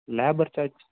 labour charge